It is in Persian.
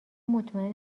مطمئن